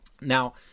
Now